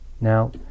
Now